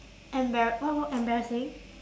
emba~ what what embarrassing